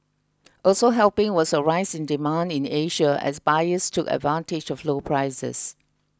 also helping was a rise in demand in Asia as buyers took advantage of low prices